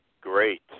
great